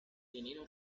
dinero